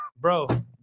Bro